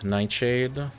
Nightshade